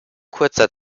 kurzer